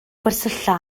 gwersylla